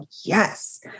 yes